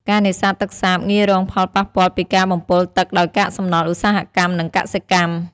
ការនេសាទទឹកសាបងាយរងផលប៉ះពាល់ពីការបំពុលទឹកដោយកាកសំណល់ឧស្សាហកម្ម និងកសិកម្ម។